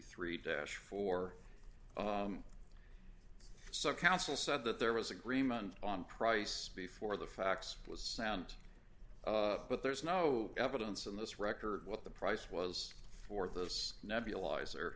three dash four subcouncil said that there was agreement on price before the fax was sound but there's no evidence in this record what the price was for those nebulizer